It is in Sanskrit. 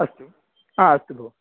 अस्तु हा अस्तु भो